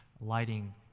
lighting